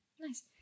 nice